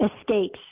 escapes